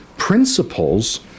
Principles